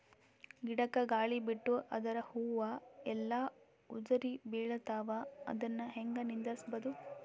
ಗಿಡಕ, ಗಾಳಿ ಬಿಟ್ಟು ಅದರ ಹೂವ ಎಲ್ಲಾ ಉದುರಿಬೀಳತಾವ, ಅದನ್ ಹೆಂಗ ನಿಂದರಸದು?